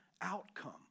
outcome